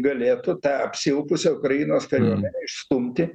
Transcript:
galėtų tą apsilpusią ukrainos kariuomenę išstumti